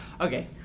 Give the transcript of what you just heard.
Okay